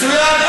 מצוין.